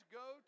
go